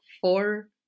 four